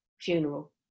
funeral